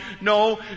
No